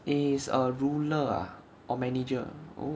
it's a ruler ah or manager